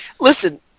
listen